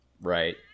Right